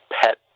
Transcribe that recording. pet